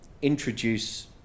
Introduce